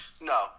No